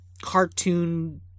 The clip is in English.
cartoon